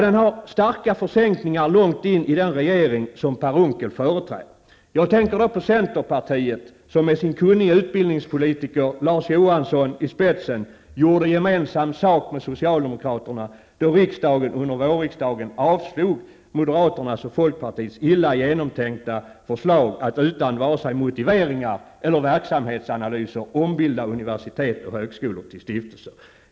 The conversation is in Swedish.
Den har starka försänkningar långt in i den regering som Per Unckel företräder. Jag tänker på centerpartiet, som med sin kunnige utbildningspolitiker Larz Johansson i spetsen gjorde gemensam sak med socialdemokraterna då riksdagen under våren avslog moderaternas och folkpartiets illa genomtänkta förslag att utan vare sig motiveringar eller verksamhetsanalyser ombilda universitet och högskolor till stiftelser.